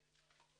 כן.